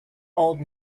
old